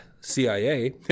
CIA